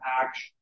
action